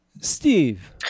Steve